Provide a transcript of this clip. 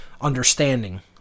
understanding